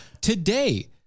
Today